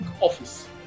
office